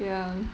ya